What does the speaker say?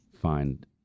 find